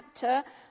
chapter